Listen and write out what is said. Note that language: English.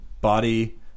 body